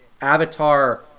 Avatar